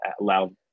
allow